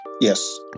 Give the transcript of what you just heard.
Yes